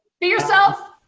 be yourself!